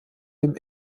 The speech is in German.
dem